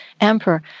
emperor